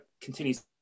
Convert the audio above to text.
continues